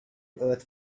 earth